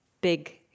big